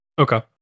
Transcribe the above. okay